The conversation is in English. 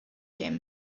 him